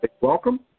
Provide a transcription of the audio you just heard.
Welcome